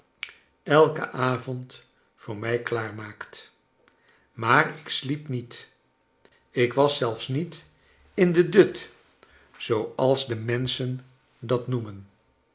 elken avond voor mij klaar maakt maar ik sliep niet ik was zelfs niet in den dut zooals de menschen dat hoemen